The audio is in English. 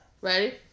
Ready